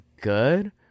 good